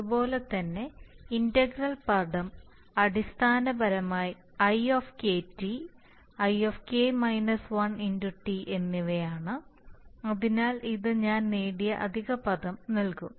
അതുപോലെ തന്നെ ഇന്റഗ്രൽ പദം അടിസ്ഥാനപരമായി i i T എന്നിവയാണ് അതിനാൽ ഇത് ഞാൻ നേടിയ അധിക പദം നൽകും